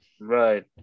Right